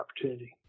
opportunity